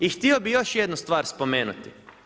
I htio bih još jednu stvar spomenuti.